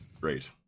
Great